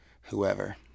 whoever